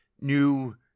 new